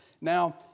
Now